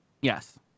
yes